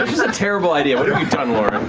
is a terrible idea. what have you done, laura?